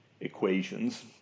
equations